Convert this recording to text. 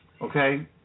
Okay